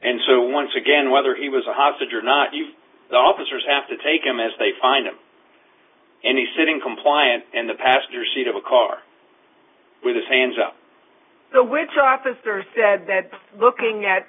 and so once again whether he was a hostage or not you see the officers have to take him as they find him any sitting compliant and the passenger seat of a car with his hands up the which officer said that looking at